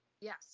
Yes